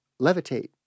levitate